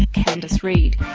candice reed.